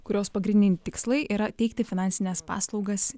kurios pagrindiniai tikslai yra teikti finansines paslaugas